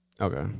Okay